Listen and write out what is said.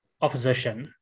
opposition